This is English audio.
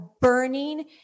burning